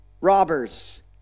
robbers